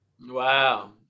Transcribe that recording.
Wow